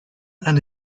and